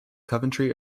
coventry